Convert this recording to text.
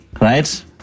right